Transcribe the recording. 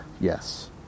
yes